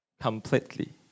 completely